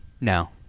No